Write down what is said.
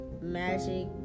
magic